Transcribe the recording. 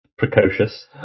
Precocious